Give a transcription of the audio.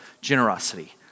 generosity